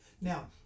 Now